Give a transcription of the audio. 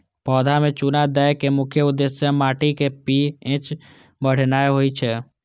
पौधा मे चूना दै के मुख्य उद्देश्य माटिक पी.एच बढ़ेनाय होइ छै